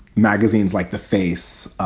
magazines like the face